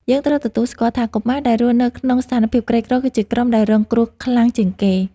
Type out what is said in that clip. យើងត្រូវទទួលស្គាល់ថា កុមារដែលរស់នៅក្នុងស្ថានភាពក្រីក្រ គឺជាក្រុមដែលរងគ្រោះខ្លាំងជាងគេ។